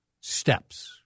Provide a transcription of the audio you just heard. steps